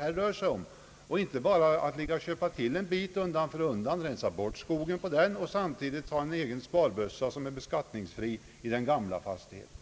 Det skall inte bara vara så att vederbörande köper till en bit undan för undan, ren sar bort skogen och samtidigt har en egen sparbössa, som är beskattningsfri, i den gamla fastigheten.